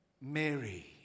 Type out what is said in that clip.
Mary